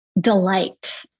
delight